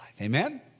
Amen